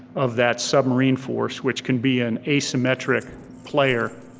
of that submarine force which can be an asymmetric player